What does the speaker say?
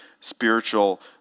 spiritual